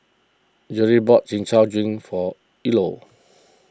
Jerrie bought Chin Chow Drink for Eola